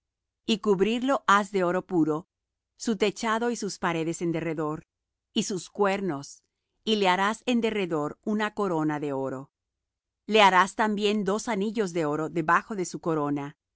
y cubriólo de oro puro su mesa y sus paredes alrededor y sus cuernos é hízole una corona de oro alrededor hízole también dos anillos de oro debajo de la corona